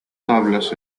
tablas